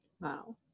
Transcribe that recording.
Wow